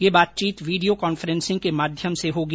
यह बातचीत video conference के माध्यम से होगी